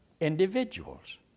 individuals